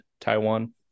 Taiwan